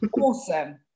Awesome